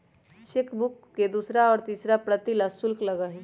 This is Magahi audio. चेकबुक के दूसरा और तीसरा प्रति ला शुल्क लगा हई